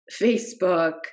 Facebook